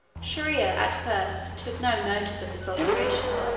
shier-ear at first took no notice of this alteration.